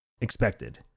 expected